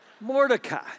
Mordecai